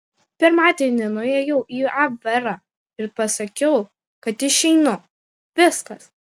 pirmadienį nuėjau į abverą ir pasakiau kad išeinu viskas